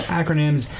acronyms